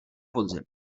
podzim